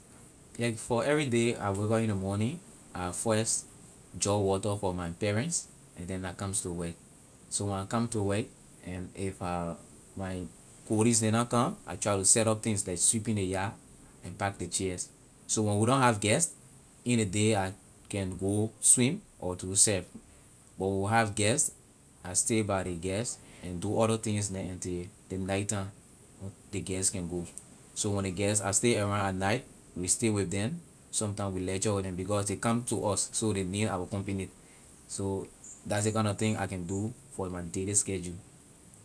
Like for everyday I wake up in ley morning I first draw water for my parents and then I comes to work. so when I come to work and if my colleague neh na come I try to set up things like sweeping ley yard and park ley chairs so when we don’t have guest in ley day I can go swim or to surf but when we have guest I stay by ley guest and do other things neh until ley night time ley guest can go so when ley guest are stay around at night we stay with them sometime we lecture with them because ley come to us so ley need our company. so that’s ley kind na thing I can do for my daily schedule.